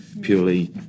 purely